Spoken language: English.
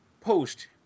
post